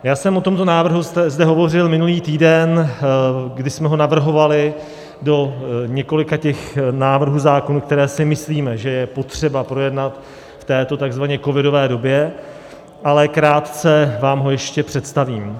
Já jsem o tomto návrhu zde hovořil minulý týden, kdy jsme ho navrhovali do několika návrhů zákonů, které si myslíme, že je potřeba projednat v této tzv. covidové době, ale krátce vám ho ještě představím.